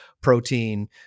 protein